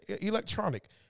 electronic